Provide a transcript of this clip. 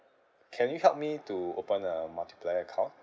can you help me to open a multiplier account